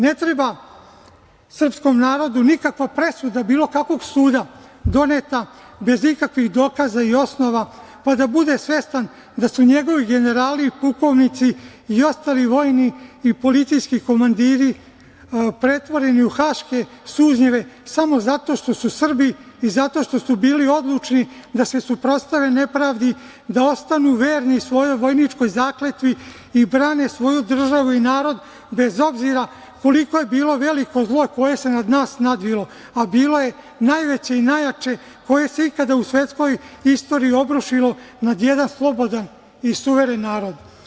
Ne treba srpskom narodu nikakva presuda bilo kakvog suda, doneta bez ikakvih dokaza i osnova, pa da bude svestan da su njegovi generali i pukovnici i ostali vojni i policijski komandiri pretvoreni u haške sužnjeve samo zato što su Srbi i zato što su bili odlučni da se suprotstave nepravdi, da ostanu verni svojoj vojničkoj zakletvi i brane svoju državu i narod, bez obzira koliko je bilo veliko zlo koje se nad nas nadvilo, a bilo je najveće i najjače koje se ikada u svetskoj istoriji obrušilo nad jedan slobodan i suveren narod.